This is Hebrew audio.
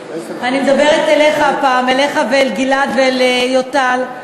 אני מדברת אליך הפעם, אליך ואל גלעד ואל יוטל.